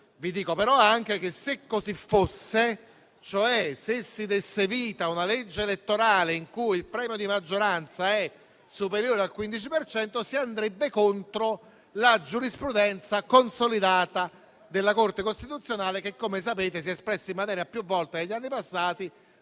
se così fosse, cioè se si desse vita a una legge elettorale in cui il premio di maggioranza fosse superiore al 15 per cento, si andrebbe contro la giurisprudenza consolidata della Corte costituzionale che, come sapete, si è espressa in materia più volte negli anni passati.